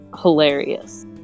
hilarious